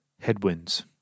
Headwinds